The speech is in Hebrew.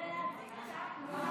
כדי להציק לך.